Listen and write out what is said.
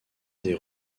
des